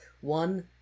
One